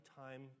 time